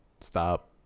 Stop